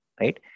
right